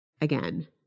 again